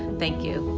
thank you.